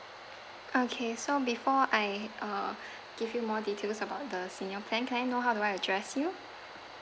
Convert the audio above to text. okay so before I uh give you more details about the senior plan can I know how do I address you